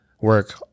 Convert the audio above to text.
work